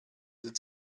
its